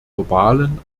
wahlen